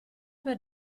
per